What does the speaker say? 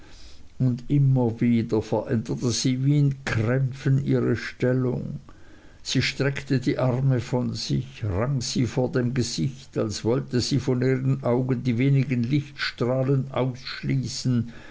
und immer wieder veränderte sie wie in krämpfen ihre stellung sie streckte die arme von sich rang sie vor dem gesicht als wollte sie von ihren augen die wenigen lichtstrahlen ausschließen